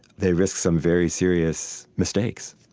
they risk some very serious mistakes